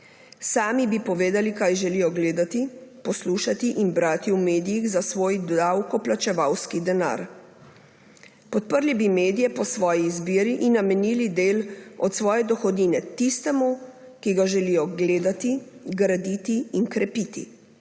Sami bi povedali, kaj želijo gledati, poslušati in brati v medijih za svoj davkoplačevalski denar. Podprli bi medije po svoji izbiri in namenili del od svoje dohodnine tistemu, ki ga želijo gledati, graditi in krepiti.